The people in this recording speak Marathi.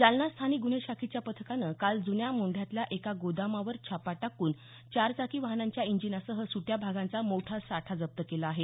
जालना स्थानिक गुन्हे शाखेच्या पथकानं काल जुन्या मोंढ्यातल्या एका गोदामावर छापा टाकून चारचाकी वाहनांच्या इंजिनासह सुट्या भागांचा मोठा साठा जप्त केला आहे